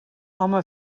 home